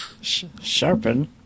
Sharpen